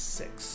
six